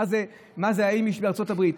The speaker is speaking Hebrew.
מה זה האיימיש בארצות הברית.